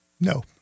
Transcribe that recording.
no